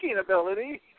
ability